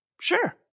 sure